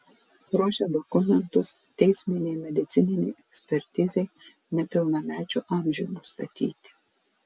ruošia dokumentus teisminei medicininei ekspertizei nepilnamečių amžiui nustatyti